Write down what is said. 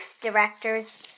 directors